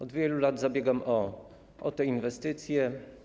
Od wielu lat zabiegam o te inwestycje.